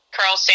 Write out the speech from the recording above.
Carl